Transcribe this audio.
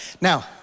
now